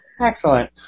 Excellent